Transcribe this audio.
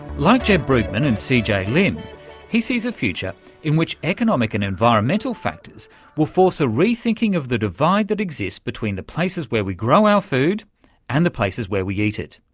like jeb brugmann and c. j. lim he sees a future in which economic and environmental factors will force a rethinking of the divide that exists between the places where we grow our food and the places where we eat it.